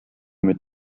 mit